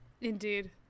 Indeed